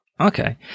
Okay